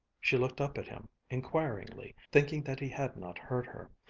she looked up at him, inquiringly, thinking that he had not heard her,